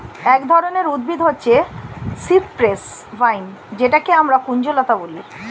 এক ধরনের উদ্ভিদ হচ্ছে সিপ্রেস ভাইন যেটাকে আমরা কুঞ্জলতা বলি